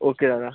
okay Dada